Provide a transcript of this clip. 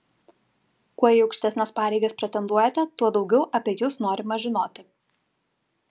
kuo į aukštesnes pareigas pretenduojate tuo daugiau apie jus norima žinoti